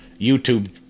YouTube